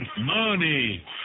money